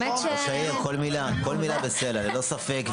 ראש העיר, כל מילה בסלע, ללא ספק.